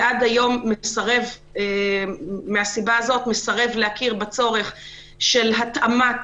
ועד היום מסרב מהסיבה הזו להכיר בצורך של התאמת